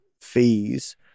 fees